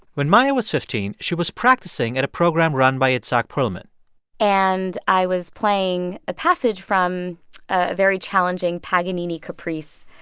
when maya was fifteen, she was practicing at a program run by itzhak perlman and i was playing a passage from a very challenging paganini caprice.